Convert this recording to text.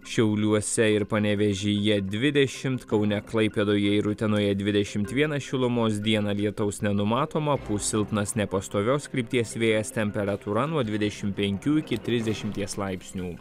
šiauliuose ir panevėžyje dvidešimt kaune klaipėdoje ir utenoje dvidešimt vienas šilumos dieną lietaus nenumatoma pūs silpnas nepastovios krypties vėjas temperatūra nuo dvidešimt penkių iki trisdešimties laipsnių